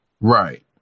right